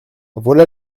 voilà